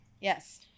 Yes